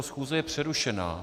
Schůze je přerušena.